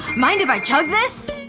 mind if i chug this?